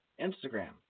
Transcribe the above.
Instagram